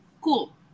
cool